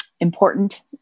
important